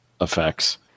effects